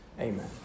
Amen